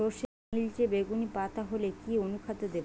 সরর্ষের নিলচে বেগুনি পাতা হলে কি অনুখাদ্য দেবো?